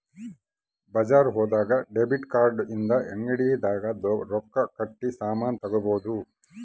ಬಜಾರ್ ಹೋದಾಗ debit card ಇಂದ ಅಂಗಡಿ ದಾಗ ರೊಕ್ಕ ಕಟ್ಟಿ ಸಾಮನ್ ತಗೊಬೊದು